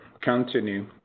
continue